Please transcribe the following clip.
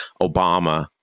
Obama